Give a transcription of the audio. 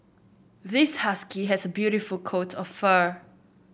this husky has a beautiful coat of fur